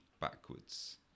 backwards